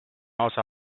osa